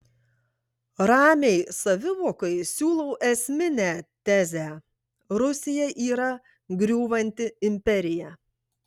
ramiai savivokai siūlau esminę tezę rusija yra griūvanti imperija